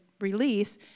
release